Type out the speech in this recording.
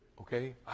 Okay